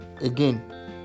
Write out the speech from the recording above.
again